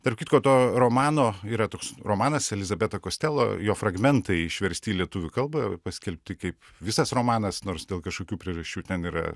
tarp kitko to romano yra toks romanas elizabeta kostelo jo fragmentai išversti į lietuvių kalbą paskelbti kaip visas romanas nors dėl kažkokių priežasčių ten yra